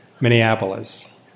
Minneapolis